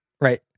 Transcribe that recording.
Right